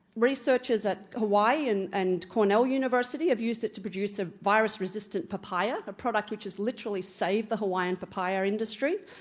researchers at hawaii and and cornell university have used it to produce a virus resistant papaya, a product which has literally saved the hawaiian papaya industry.